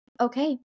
okay